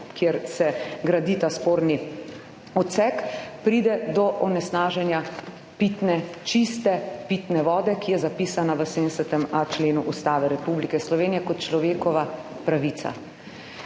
kjer se gradi ta sporni odsek, pride do onesnaženja pitne, čiste pitne vode, ki je zapisana v 70.a členu Ustave Republike Slovenije kot človekova pravica.